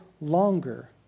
longer